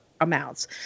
amounts